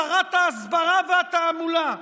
שרת ההסברה והתעמולה,